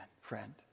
friend